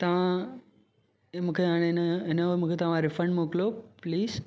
तव्हां मूंखे हाणे हिन जो हिन जो मूंखे तव्हां रिफंड मोकिलो प्लीस